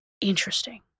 interesting